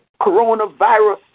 coronavirus